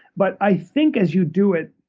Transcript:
but i think as you do it,